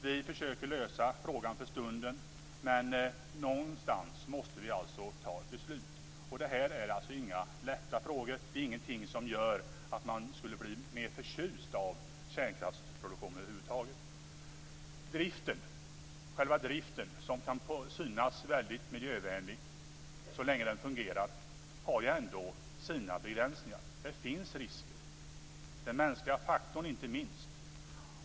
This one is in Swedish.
Vi försöker lösa problemet för stunden, men någonstans måste vi alltså fatta beslut. Det här är inga lätta frågor. Det är ingenting som gör att man kan bli mer förtjust i kärnkraftsproduktion över huvud taget. Själva driften, som kan synas väldigt miljövänlig så länge den fungerar, har ändå sina begränsningar. Det finns risker, den mänskliga faktorn inte minst.